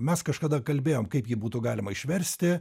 mes kažkada kalbėjom kaip jį būtų galima išversti